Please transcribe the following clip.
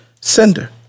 sender